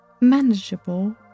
manageable